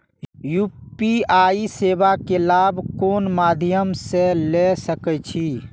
UPI सेवा के लाभ कोन मध्यम से ले सके छी?